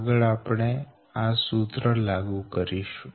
આગળ આપણે આ જ સૂત્ર લાગુ કરીશું